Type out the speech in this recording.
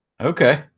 Okay